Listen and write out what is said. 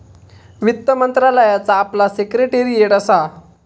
वित्त मंत्रालयाचा आपला सिक्रेटेरीयेट असा